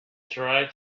try